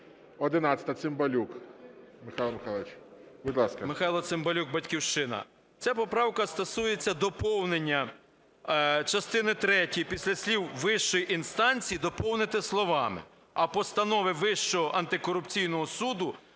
11-а, Цимбалюк. Михайло Михайлович, будь ласка. 12:49:55 ЦИМБАЛЮК М.М. Михайло Цимбалюк, "Батьківщина". Ця поправка стосується доповнення частини третьої: після слів "вищої інстанції" доповнити словами "а постанови Вищого антикорупційного суду